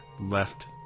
left